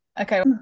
Okay